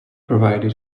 provided